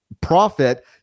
profit